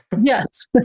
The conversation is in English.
yes